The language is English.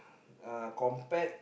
uh compared